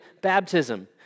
baptism